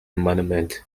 monument